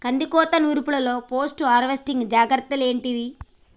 కందికోత నుర్పిల్లలో post harvesting జాగ్రత్తలు ఏంటివి?